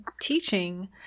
teaching